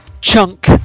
chunk